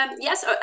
Yes